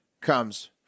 comes